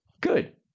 good